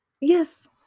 Yes